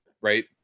right